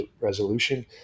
resolution